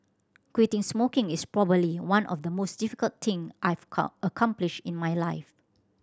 quitting smoking is probably one of the most difficult thing I've accomplished in my life